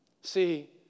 See